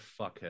fuckhead